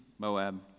Moab